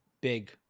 big